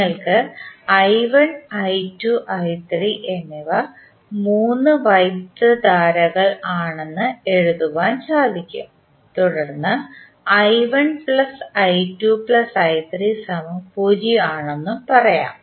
നിങ്ങൾക്ക് എന്നിവ മൂന്ന് വൈദ്യുതധാരകൾ ആണെന്ന് എഴുതുവാൻ സാധിക്കും തുടർന്ന് ആണെന്നും പറയാം